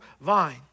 vine